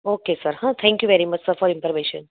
okay sir હા thank you very much sir for information